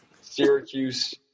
Syracuse